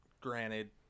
granted